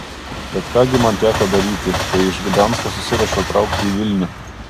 tad ką gi man teko daryti kai iš gdansko susiruošiau traukti į vilnių